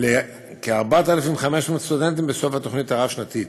לכ-4,500 סטודנטים בסוף התוכנית הרב-שנתית,